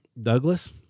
Douglas